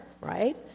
right